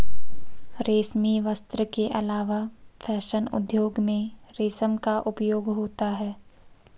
रेशमी वस्त्र के अलावा फैशन उद्योग में रेशम का उपयोग होता है